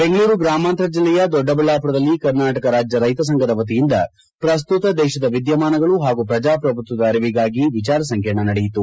ಬೆಂಗಳೂರು ಗ್ರಾಮಾಂತರ ಜಿಲ್ಲೆಯ ದೊಡ್ಡಬಳ್ಳಾಮರದಲ್ಲಿ ಕರ್ನಾಟಕ ರಾಜ್ಯ ರೈತ ಸಂಫದ ವತಿಯಿಂದ ಪ್ರಸ್ತುತ ದೇಶದ ವಿದ್ಯಮಾನಗಳು ಹಾಗೂ ಪ್ರಜಾಪ್ರಭುತ್ವದ ಆರಿವಿಗಾಗಿ ವಿಚಾರ ಸಂಕಿರಣ ನಡೆಯಿತು